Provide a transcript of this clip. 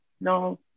no